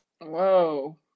whoa